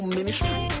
ministry